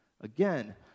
Again